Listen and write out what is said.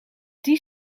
die